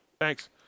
Thanks